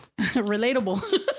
Relatable